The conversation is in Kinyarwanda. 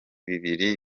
bibiri